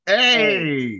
Hey